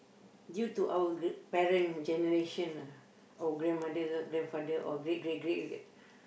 due to our gr~ parent generation ah our grandmother grandfather or great great great